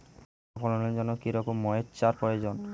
ভালো চা ফলনের জন্য কেরম ময়স্চার প্রয়োজন?